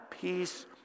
peace